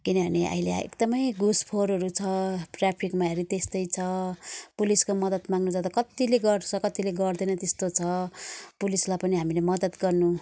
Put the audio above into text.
किनभने अहिले एकदमै घुसखोरहरू छ ट्राफिकमा हेरेँ त्यस्तै छ पुलिसको मदत माग्नु जाँदा कतिले गर्छ कतिले गर्दैन त्यस्तो छ पुलिसलाई पनि हामीले मदत गर्नु